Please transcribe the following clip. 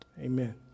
Amen